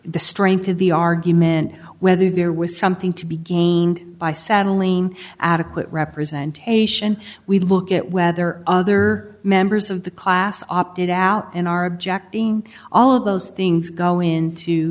the strength of the argument whether there was something to be gained by settling adequate representation we look at whether other members of the class opted out and are objecting all of those things go into